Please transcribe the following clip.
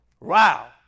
Wow